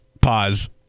Pause